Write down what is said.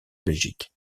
belgique